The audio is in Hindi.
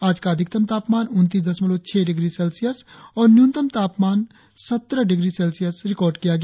आज का अधिकतम तापमान उनतीस दशमलव छह डिग्री सेल्सियस और न्यूनतम तापमान सत्रह डिग्री सेल्सियस रिकार्ड किया गया